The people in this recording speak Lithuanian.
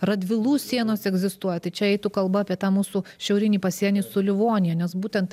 radvilų sienos egzistuoja tai čia eitų kalba apie tą mūsų šiaurinį pasienį su livonija nes būtent